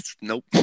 Nope